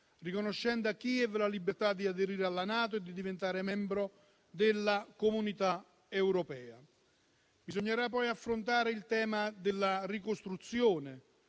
riconoscendo a Kiev la libertà di aderire alla NATO e di diventare membro della Comunità europea. Bisognerà poi affrontare il tema della ricostruzione;